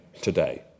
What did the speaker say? today